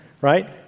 Right